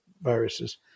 viruses